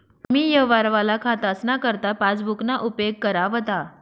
कमी यवहारवाला खातासना करता पासबुकना उपेग करा व्हता